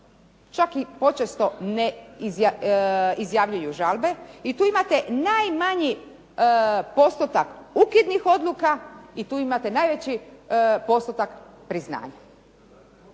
čak i počesto ne izjavljuju žalbe i tu imate najmanji postotak ukidnih odluka i tu imate najveći postotak priznanja.